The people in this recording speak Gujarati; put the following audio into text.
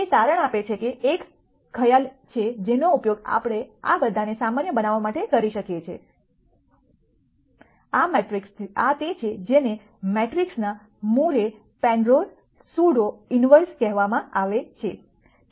તે તારણ આપે છે કે એક ખ્યાલ છે જેનો ઉપયોગ આપણે આ બધાને સામાન્ય બનાવવા માટે કરી શકીએ છીએ આ તે છે જેને મેટ્રિક્સના મુરે પેનરોઝ સ્યુડો ઇન્વર્સ કહેવામાં આવે છે